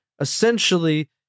essentially